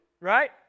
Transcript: right